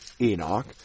Enoch